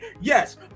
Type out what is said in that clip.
yes